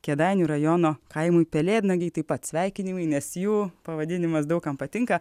kėdainių rajono kaimui pelėdnagiai taip pat sveikinimai nes jų pavadinimas daug kam patinka